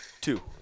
Two